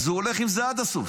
אז הוא הולך עם זה עד הסוף,